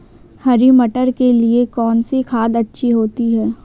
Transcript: हरी मटर के लिए कौन सी खाद अच्छी होती है?